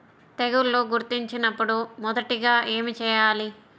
తెగుళ్లు గుర్తించినపుడు మొదటిగా ఏమి చేయాలి?